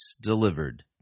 delivered